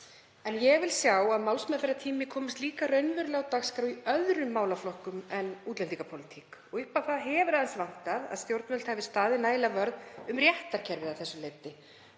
En ég vil að málsmeðferðartími komist líka raunverulega á dagskrá í öðrum málaflokkum en útlendingapólitík. Það hefur vantað upp á að stjórnvöld hafi staðið nægilega vörð um réttarkerfið að þessu leyti,